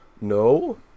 no